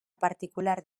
particular